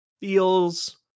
feels